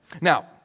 Now